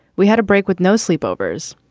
we had a break with no sleepovers,